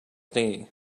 knee